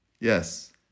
Yes